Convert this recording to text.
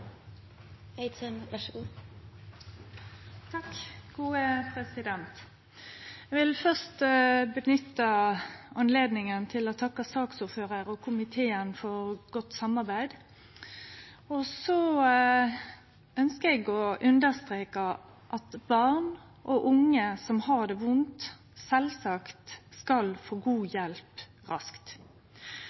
godt samarbeid. Så ønskjer eg å understreke at barn og unge som har det vondt, sjølvsagt skal få god hjelp raskt.